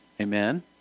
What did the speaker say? amen